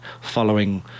following